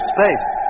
Space